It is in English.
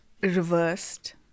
reversed